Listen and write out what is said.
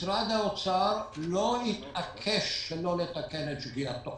משרד האוצר לא התעקש שלא לתקן את שגיאתו.